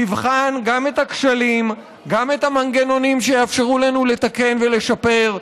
תבחן גם את הכשלים וגם את המנגנונים שיאפשרו לנו לתקן ולשפר.